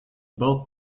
both